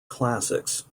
classics